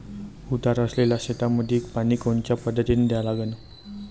उतार असलेल्या शेतामंदी पानी कोनच्या पद्धतीने द्या लागन?